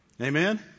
Amen